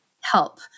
help